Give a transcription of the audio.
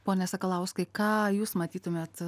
pone sakalauskai ką jūs matytumėt